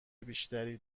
بیشتری